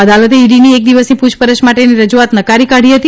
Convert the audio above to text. અદાલતે ઇડીની એક દિવસની પૂછપરછ માટેની રજુઆત નકારી કાઢી હતી